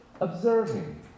observing